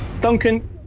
Duncan